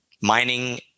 mining